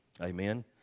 Amen